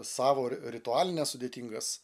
savo ritualinę sudėtingas